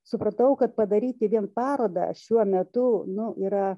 supratau kad padaryti vien parodą šiuo metu nu yra